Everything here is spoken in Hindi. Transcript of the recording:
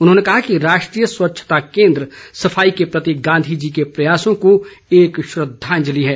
उन्होंने कहा कि राष्ट्रीय स्वच्छता केंद्र सफाई के प्रति गांधी जी के प्रयासों को एक श्रद्वांजलि है